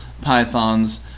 pythons